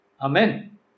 Amen